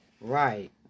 Right